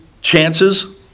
chances